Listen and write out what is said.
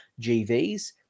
GVs